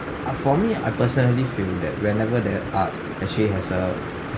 uh for me I personally feel that whenever the art actually has a